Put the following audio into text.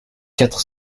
quatre